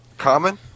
common